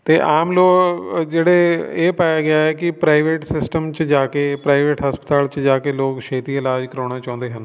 ਅਤੇ ਆਮ ਲੋਕ ਜਿਹੜੇ ਇਹ ਪਾਇਆ ਗਿਆ ਹੈ ਕਿ ਪ੍ਰਾਈਵੇਟ ਸਿਸਟਮ 'ਚ ਜਾ ਕੇ ਪ੍ਰਾਈਵੇਟ ਹਸਪਤਾਲ 'ਚ ਜਾ ਕੇ ਲੋਕ ਛੇਤੀ ਇਲਾਜ ਕਰਵਾਉਣਾ ਚਾਹੁੰਦੇ ਹਨ